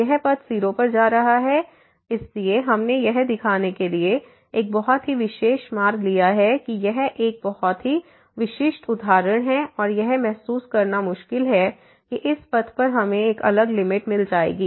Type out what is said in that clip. यह पथ 0 पर जा रहा है इसलिए हमने यह दिखाने के लिए एक बहुत ही विशेष मार्ग लिया है कि यह एक बहुत ही विशिष्ट उदाहरण है और यह महसूस करना मुश्किल है कि इस पथ पर हमें एक अलग लिमिट मिल जाएगी